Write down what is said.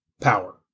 power